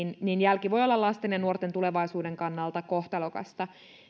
jälki voi olla lasten ja nuorten tulevaisuuden kannalta kohtalokasta